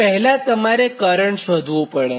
તો તમારે પહેલા કરંટ શોધવું પડે